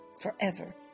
forever